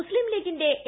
മുസ്സീം ലീഗിന്റെ എ